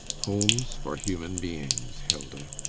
homes for human beings, hilda.